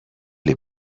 live